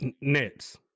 Nets